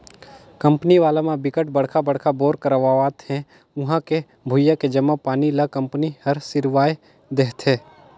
company वाला म बिकट बड़का बड़का बोर करवावत हे उहां के भुइयां के जम्मो पानी ल कंपनी हर सिरवाए देहथे